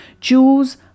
choose